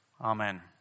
Amen